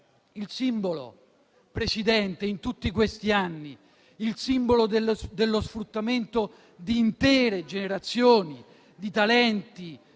il simbolo; il simbolo in tutti questi anni, dello sfruttamento di intere generazioni di talenti,